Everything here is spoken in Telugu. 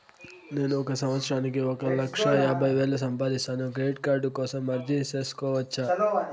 నేను ఒక సంవత్సరానికి ఒక లక్ష యాభై వేలు సంపాదిస్తాను, క్రెడిట్ కార్డు కోసం అర్జీ సేసుకోవచ్చా?